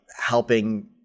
helping